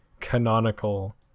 canonical